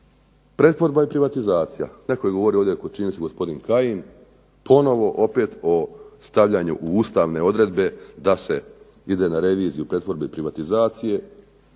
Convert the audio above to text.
Pretvorba i privatizacija, tako je govorio ovdje čini mi se gospodin Kajin, ponovno opet o stavljanju u ustavne odredbe da se ide na reviziju pretvorbe i privatizacije.